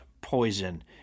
poison